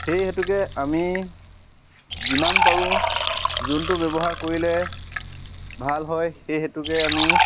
সেই হেতুকে আমি যিমান পাৰোঁ যোনটো ব্যৱহাৰ কৰিলে ভাল হয় সেই হেতুকে আমি